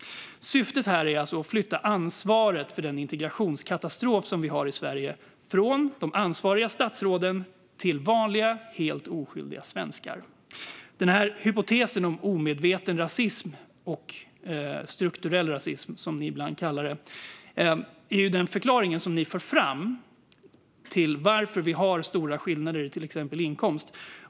Syftet är alltså att flytta ansvaret för den integrationskatastrof vi har i Sverige från ansvariga statsråd till vanliga helt oskyldiga svenskar. Hypotesen om omedveten rasism, eller strukturell rasism som ni ibland kallar det, är den förklaring ni för fram till att vi har stora skillnader i till exempel inkomst.